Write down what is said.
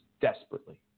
desperately